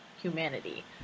humanity